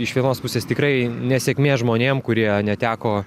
iš vienos pusės tikrai nesėkmė žmonėm kurie neteko